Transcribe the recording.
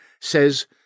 says